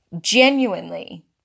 Genuinely